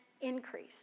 increase